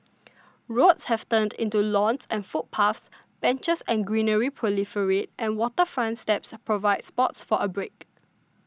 roads have turned into lawns and footpaths benches and greenery proliferate and waterfront steps provide spots for a break